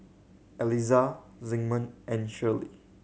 Eliza Zigmund and Shirley